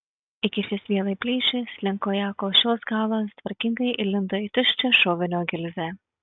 įkišęs vielą į plyšį slinko ją kol šios galas tvarkingai įlindo į tuščią šovinio gilzę